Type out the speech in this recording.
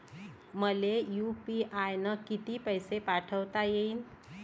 मले यू.पी.आय न किती पैसा पाठवता येईन?